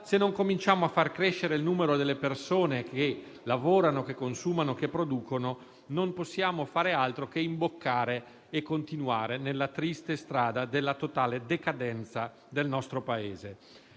se non cominciamo a far crescere il numero delle persone che lavorano, consumano e producono non possiamo fare altro che imboccare e continuare nella triste strada della totale decadenza del nostro Paese.